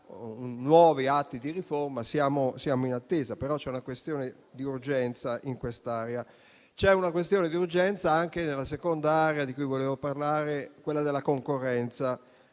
nuovi atti di riforma e siamo in attesa, però c'è una questione di urgenza in quest'area. C'è una questione di urgenza anche nella seconda area di cui volevo parlare, quella della concorrenza.